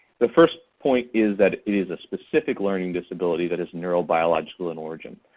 the first point is that it is a specific learning disability that is neurobiological in origin.